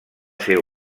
ser